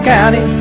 County